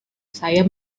saya